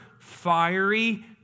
fiery